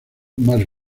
más